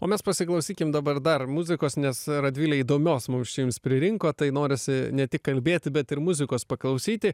o mes pasiklausykim dabar dar muzikos nes radvilė įdomios mums čia jums pririnko tai norisi ne tik kalbėti bet ir muzikos paklausyti